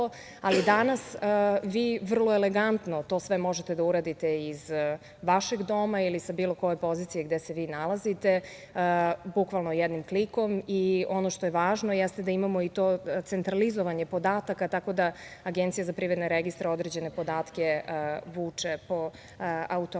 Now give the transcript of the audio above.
ali, danas vi vrlo elegantno to sve možete da uradite, iz vašeg doma, ili sa bilo koje poziciji gde se nalazite, bukvalno jednim klikom. Ono što je važno, jeste da imamo i to centralizovanje podataka, tako da APR određene podatke vuče po automatizmu. Ono